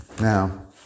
now